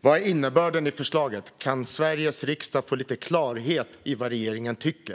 Vad är innebörden i förslaget? Kan Sveriges riksdag få klarhet om vad regeringen tycker?